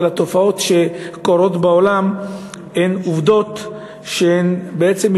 אבל התופעות שקורות בעולם הן עובדות שמבחינת